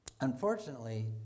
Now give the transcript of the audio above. unfortunately